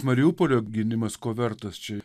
mariupolio gynimas ko vertas čia